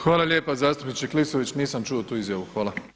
Hvala lijepo zastupniče Klisović, nisam čuo tu izjavu, hvala.